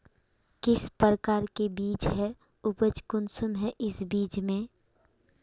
किस प्रकार के बीज है उपज कुंसम है इस बीज में?